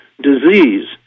disease